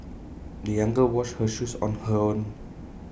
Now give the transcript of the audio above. the young girl washed her shoes on her own